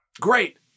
Great